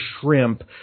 shrimp